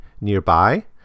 nearby